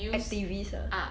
activists ah